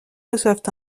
reçoivent